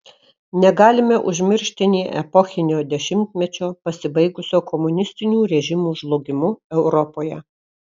negalime užmiršti nė epochinio dešimtmečio pasibaigusio komunistinių režimų žlugimu europoje